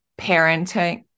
parenting